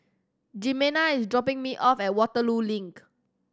Jimena is dropping me off at Waterloo Link